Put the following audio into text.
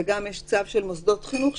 ושל צו מוסדות חינוך,